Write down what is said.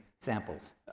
samples